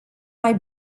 mai